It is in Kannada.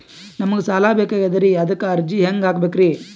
ನಮಗ ಸಾಲ ಬೇಕಾಗ್ಯದ್ರಿ ಅದಕ್ಕ ಅರ್ಜಿ ಹೆಂಗ ಹಾಕಬೇಕ್ರಿ?